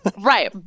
Right